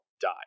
die